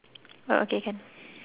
orh okay can